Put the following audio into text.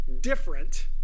different